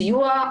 סיוע,